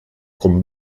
con